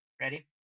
Ready